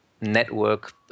network